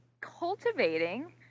cultivating